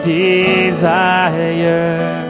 desire